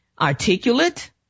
articulate